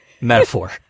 metaphor